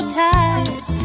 ties